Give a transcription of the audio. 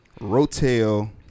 Rotel